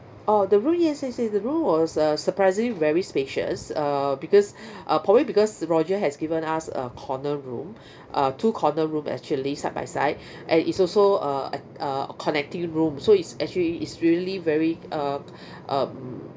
oh the room yes yes yes the room was uh surprisingly very spacious err because uh probably because roger has given us a corner room uh two corner room actually side by side and it's also uh a uh connecting room so it's actually is really very uh um